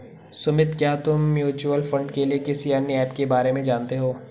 सुमित, क्या तुम mutual fund के लिए किसी अन्य ऐप के बारे में जानते हो?